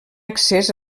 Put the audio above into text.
accés